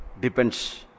depends